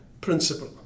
principle